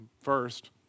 first